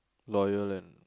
loyal and